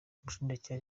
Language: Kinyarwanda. umushinjacyaha